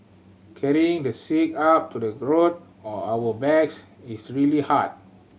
carrying the sick up to the road on our backs is really hard